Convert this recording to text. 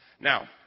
Now